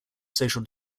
social